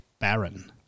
baron